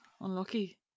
Unlucky